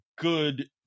good